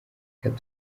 reka